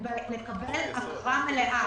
לקבל הכרה מלאה.